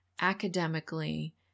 academically